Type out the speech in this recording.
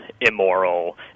immoral